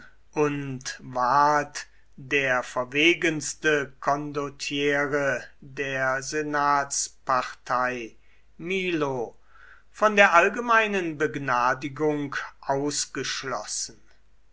und ward der verwegenste condottiere der senatspartei milo von der allgemeinen begnadigung ausgeschlossen